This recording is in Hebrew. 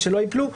אז שלא ייפלו.